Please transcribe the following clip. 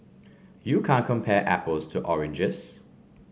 you can't compare apples to oranges